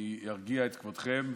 אני ארגיע את כבודכם,